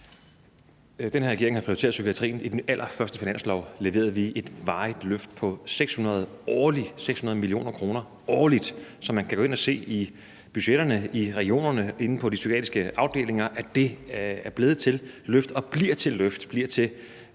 Den her regering har prioriteret psykiatrien. I den allerførste finanslov leverede vi et varigt løft på årligt 600 mio. kr., og man kan gå ind og se i budgetterne i regionerne, at det på de psykiatriske afdelinger er blevet til løft og bliver til løft,